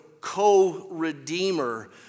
co-redeemer